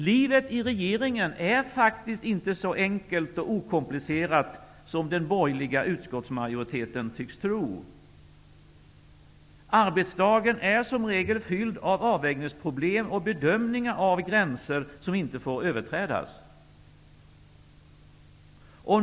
Livet i regeringen är inte så enkelt och okomplicerat som den borgerliga utskottsmajoriteten tycks tro. Arbetsdagen är som regel fylld av avvägningsproblem och bedömningar av vilka gränser som inte får överträdas.